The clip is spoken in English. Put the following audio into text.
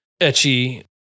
etchy